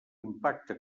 impacte